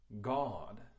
God